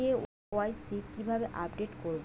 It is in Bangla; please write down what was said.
কে.ওয়াই.সি কিভাবে আপডেট করব?